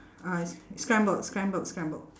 uh it's scrambled scrambled scrambled